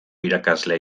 irakaslea